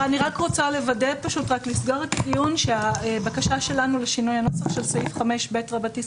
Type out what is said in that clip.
אני רק רוצה לוודא שהבקשה שלנו לשינוי הנוסח של סעיף 5ב(ב)